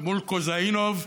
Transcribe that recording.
ומול כוזהינוף,